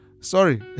sorry